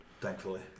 Thankfully